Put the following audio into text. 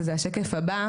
שזה השקף הבא,